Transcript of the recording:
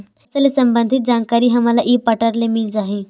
फसल ले सम्बंधित जानकारी हमन ल ई पोर्टल म मिल जाही का?